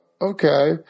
okay